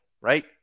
right